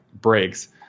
breaks